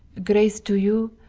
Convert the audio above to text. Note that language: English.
grace to you,